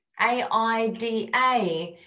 AIDA